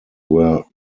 were